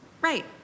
Right